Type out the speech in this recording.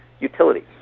utilities